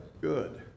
good